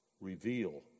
reveal